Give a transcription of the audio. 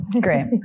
great